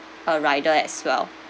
uh rider as well